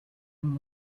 and